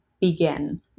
begin